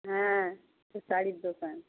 হ্যাঁ এটা শাড়ির দোকান